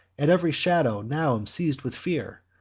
at ev'ry shadow now am seiz'd with fear,